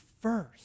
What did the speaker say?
first